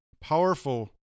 powerful